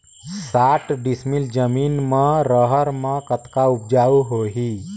साठ डिसमिल जमीन म रहर म कतका उपजाऊ होही?